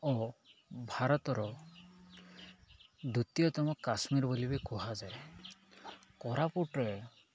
ଓ ଭାରତର ଦ୍ୱିତୀୟତମ କାଶ୍ମୀର ବୋଲି ବି କୁହାଯାଏ କୋରାପୁଟରେ